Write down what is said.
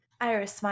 Iris